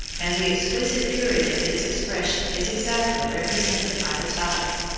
and the exquisite purity of its expression is exactly represented by the title.